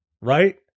right